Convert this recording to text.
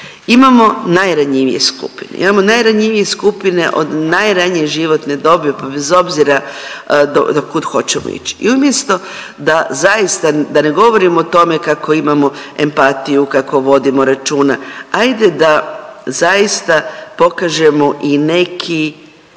Imamo najranjivije skupine, imamo najranjivije skupine od najranije životne dobi pa bez obzira do kud hoćemo ići. I umjesto da zaista da ne govorim o tome kako imamo empatiju, kako vodimo računa, ajde da zaista pokažemo i neki